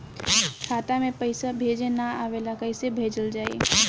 खाता में पईसा भेजे ना आवेला कईसे भेजल जाई?